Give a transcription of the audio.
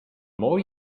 more